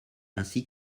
ainsi